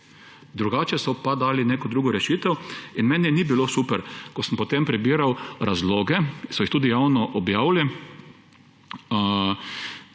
Drugače so pa dali neko drugo rešitev. In meni ni bilo super, ko sem potem prebiral razloge, so jih tudi javno objavili,